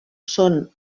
són